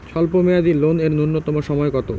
স্বল্প মেয়াদী লোন এর নূন্যতম সময় কতো?